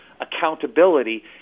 accountability